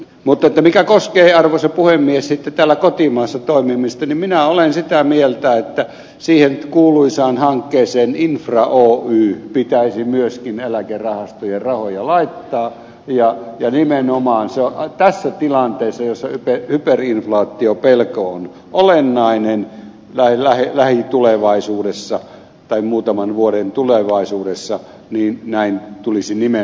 mutta mikä koskee arvoisa puhemies täällä kotimaassa toimimista niin minä olen sitä mieltä että siihen kuuluisaan hankkeeseen infra oy pitäisi myöskin eläkerahastojen rahoja laittaa ja nimenomaan tässä tilanteessa jossa hyperinflaatiopelko on olennainen lähitulevaisuudessa tai muutaman vuoden sisällä tulevaisuudessa näin tulisi nimenomaan tehdä